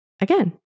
again